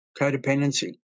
codependency